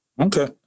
okay